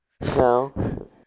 No